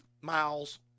miles